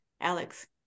Alex